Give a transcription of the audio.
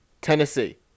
Tennessee